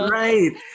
right